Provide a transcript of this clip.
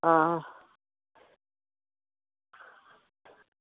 आं